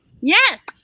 Yes